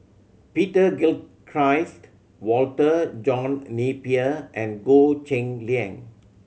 Peter Gilchrist Walter John Napier and Goh Cheng Liang